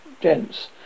gents